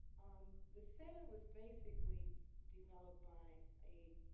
um the center was basically developed by a